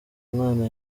mwana